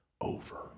over